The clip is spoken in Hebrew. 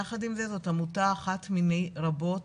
יחד עם זאת, זאת עמותה אחת מני רבות